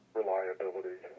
reliability